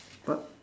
but